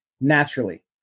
naturally